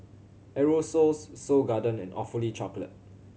Aerosoles Seoul Garden and Awfully Chocolate